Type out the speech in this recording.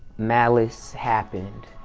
malice happened.